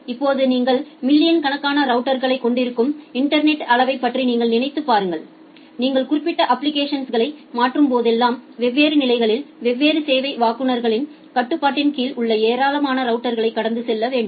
இப்போது நீங்கள் மில்லியன் கணக்கான ரவுட்டர்களைக் கொண்டிருக்கும் இன்டர்நெட்டின் அளவைப் பற்றி நீங்கள் நினைத்துப் பாருங்கள் நீங்கள் குறிப்பிட்ட அப்ப்ளிகேஷன்ஸ்களை மாற்றும் போதெல்லாம் வெவ்வேறு நிலைகளில் வெவ்வேறு சேவை வழங்குநர்களின் கட்டுப்பாட்டின் கீழ் உள்ள ஏராளமான ரவுட்டர்களை கடந்து செல்ல வேண்டும்